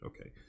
okay